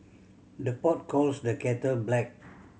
the pot calls the kettle black